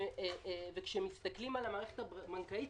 וכשמסתכלים על המערכת הבנקאית,